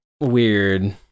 weird